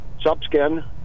subskin